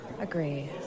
agree